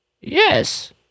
Yes